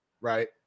Right